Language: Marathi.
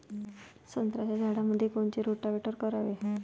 संत्र्याच्या झाडामंदी कोनचे रोटावेटर करावे?